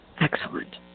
Excellent